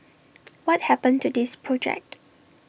what happened to this project